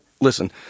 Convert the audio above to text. listen